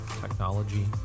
technology